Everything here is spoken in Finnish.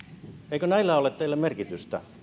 eikö näillä ole teille merkitystä